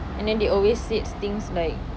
and then they always said things like